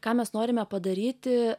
ką mes norime padaryti